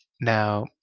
Now